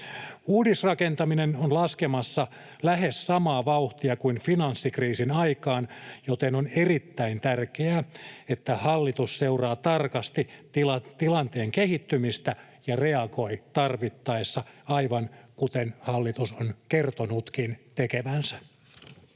Uudisrakentaminen on laskemassa lähes samaa vauhtia kuin finanssikriisin aikaan, joten on erittäin tärkeää, että hallitus seuraa tarkasti tilanteen kehittymistä ja reagoi tarvittaessa, aivan kuten hallitus on kertonutkin tekevänsä.